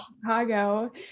Chicago